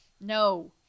no